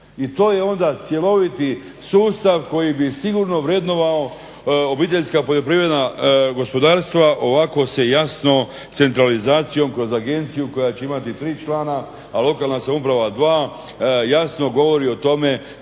I to je onda cjeloviti sustav koji bi sigurno vrednovao obiteljska poljoprivredna gospodarstva. Ovako se jasno centralizacijom kroz agenciju koja će imati tri člana, a lokalna samouprava dva jasno govori o tome